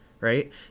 Right